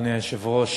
אדוני היושב-ראש,